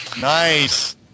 Nice